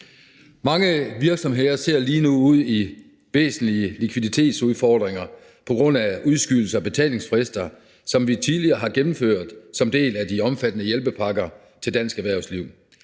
Mange virksomheder ser lige nu ud i væsentlige likviditetsudfordringer på grund af udskydelse af betalingsfrister, som vi tidligere har gennemført som en del af de omfattende hjælpepakker til dansk erhvervsliv.